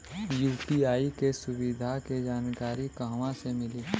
UPI के सुविधा के जानकारी कहवा से मिली?